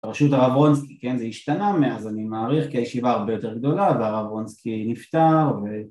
בראשות הרב רונצקי כן זה השתנה אז אני מעריך כי הישיבה הרבה יותר גדולה והרב רונצקי נפטר ו...